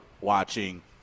watching